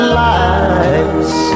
lights